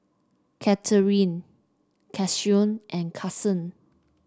Katherine Cassius and Carsen